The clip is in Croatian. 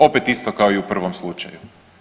Opet isto kao i u prvom slučaju.